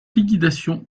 liquidation